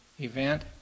event